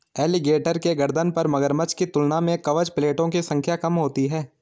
alligator के गर्दन पर मगरमच्छ की तुलना में कवच प्लेटो की संख्या कम होती है